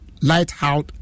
Lighthouse